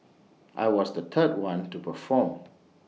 I was the third one to perform